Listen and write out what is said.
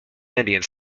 indians